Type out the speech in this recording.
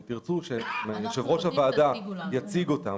אם תרצנה שראש הוועדה הבין-משרדית יציג אותן,